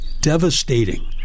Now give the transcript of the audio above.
devastating